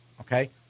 Okay